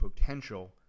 potential